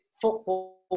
football